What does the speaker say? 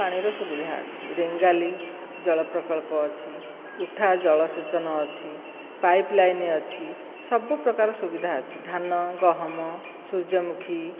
ପାଣିର ସୁବିଧା ଅଛି ରେଙ୍ଗାଲି ଜଳପ୍ରକଳ୍ପ ଅଛି ଉଠା ଜଳସେଚନ ଅଛି ପାଇପ ଲାଇନ ଅଛି ସବୁ ପ୍ରକାର ସୁବିଧା ଅଛି ଧାନ ଗହମ ସୂର୍ଯ୍ୟମୁଖୀ